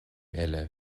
eile